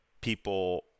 people